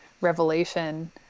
revelation